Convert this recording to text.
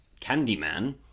Candyman